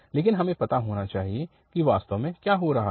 लेकिन हमें पता होना चाहिए कि वास्तव में क्या हो रहा है